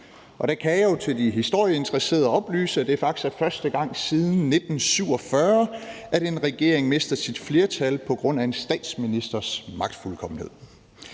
Der kan jeg jo til de historieinteresserede oplyse, at det faktisk er første gang siden 1947, at en regering mister sit flertal på grund af en statsministers magtfuldkommenhed.